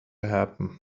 happen